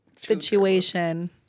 situation